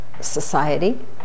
society